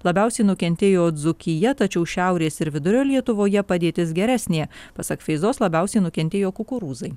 labiausiai nukentėjo dzūkija tačiau šiaurės ir vidurio lietuvoje padėtis geresnė pasak feizos labiausiai nukentėjo kukurūzai